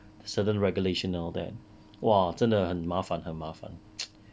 certain regulation all that !wah! 真的很麻烦很